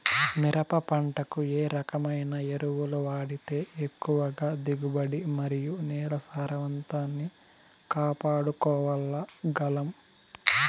మిరప పంట కు ఏ రకమైన ఎరువులు వాడితే ఎక్కువగా దిగుబడి మరియు నేల సారవంతాన్ని కాపాడుకోవాల్ల గలం?